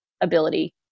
ability